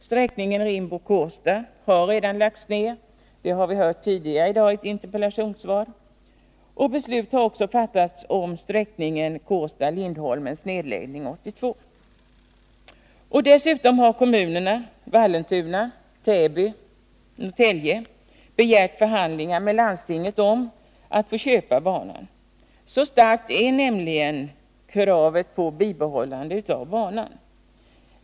Sträckningen Rimbo-Kårsta har redan lagts ner — det har vi hört tidigare i dag i ett interpellationssvar — och beslut har fattats om nedläggning av sträckningen Kårsta-Lindholmen 1982. Dessutom har kommunerna Vallentuna, Täby och Norrtälje begärt förhandlingar med landstinget om att få köpa banan. Så starkt är nämligen kravet på bibehållande av banan.